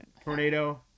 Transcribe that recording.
Tornado